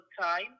time